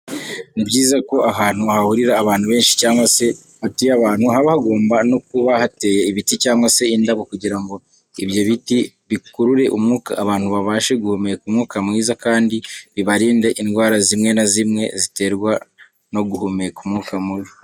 Ni byiza ko ahantu hahurira abantu benshi cyangwa se hatuye abantu haba hagomba no kuba hateye ibiti cyangwa se indabo kugira ngo ibyo biti bikurure umwuka abantu babashe guhumeka umwuka mwiza, kandi bibarinde indwara zimwe na zimwe ziterwa no guhumeka umwuka mubi.